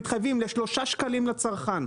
הם מתחייבים ל-3 שקלים לצרכן,